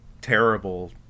terrible